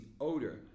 odor